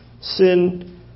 sin